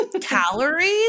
calories